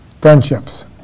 friendships